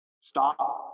stop